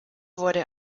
wurde